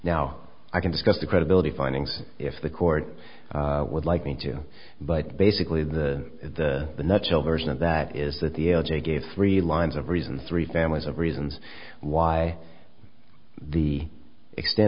now i can discuss the credibility findings if the court would like me to but basically the the the nutshell version of that is that the o j gave three lines of reasons three families of reasons why the extent